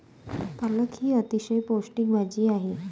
पालक ही अतिशय पौष्टिक भाजी आहे